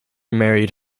married